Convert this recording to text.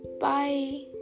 Bye